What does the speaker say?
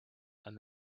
and